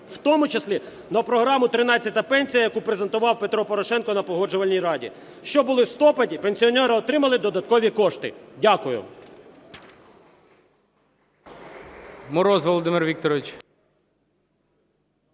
в тому числі на програму "Тринадцята пенсія", яку презентував Петро Порошенко на Погоджувальній раді, щоб у листопаді пенсіонери отримали додаткові кошти. Дякую.